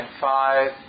five